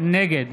נגד